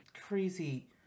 crazy